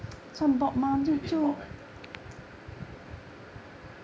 有一点 bob leh